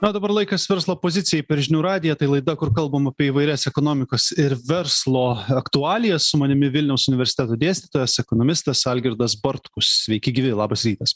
na o dabar laikas verslo pozicijai per žinių radiją tai laida kur kalbam apie įvairias ekonomikos ir verslo aktualijas su manimi vilniaus universiteto dėstytojas ekonomistas algirdas bartkus sveiki gyvi labas rytas